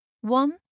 One